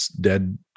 dead